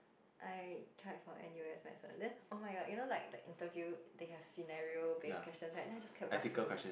I tried for N_U_S medicine then oh-my-god you know like the interview they had scenario based questions right then I just kept laughing